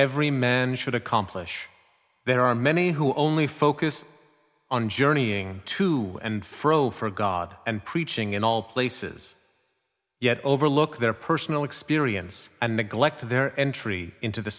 every man should accomplish there are many who only focus on journeying to and fro for god and preaching in all places yet overlook their personal experience and neglect to their entry into the